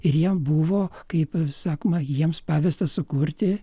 ir jiem buvo kaip sakoma jiems pavesta sukurti